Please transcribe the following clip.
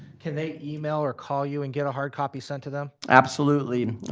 can they email or call you and get a hard copy sent to them? absolutely.